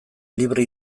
librea